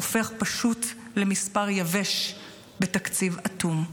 הופך פשוט למספר יבש בתקציב אטום.